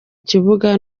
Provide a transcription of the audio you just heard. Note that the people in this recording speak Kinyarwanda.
kibuga